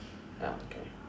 ya okay